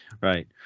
Right